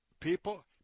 People